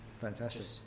fantastic